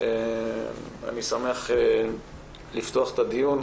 אני שמח לפתוח את הדיון.